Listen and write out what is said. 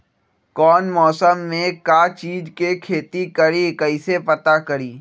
कौन मौसम में का चीज़ के खेती करी कईसे पता करी?